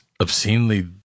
obscenely